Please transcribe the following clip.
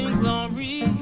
glory